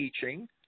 teaching